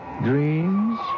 dreams